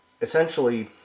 essentially